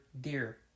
Deer